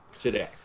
today